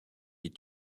est